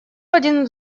один